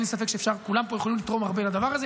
אין לי ספק שכולם פה יכולים לתרום הרבה לדבר הזה,